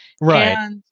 right